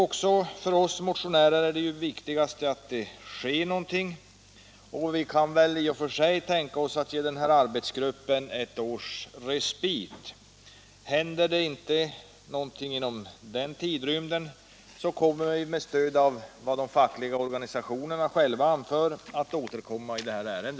Även för oss motionärer är det viktigaste att det sker någonting, och vi kan i och för sig tänka oss att ge den här arbetsgruppen ett års respit. Händer det inte någonting inom den tidrymden, kommer vi med stöd av vad de fackliga organisationerna anför att återkomma i ärendet.